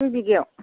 दुइ बिगायाव